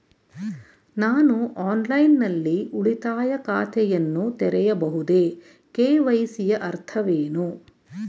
ನಾನು ಆನ್ಲೈನ್ ನಲ್ಲಿ ಉಳಿತಾಯ ಖಾತೆಯನ್ನು ತೆರೆಯಬಹುದೇ? ಕೆ.ವೈ.ಸಿ ಯ ಅರ್ಥವೇನು?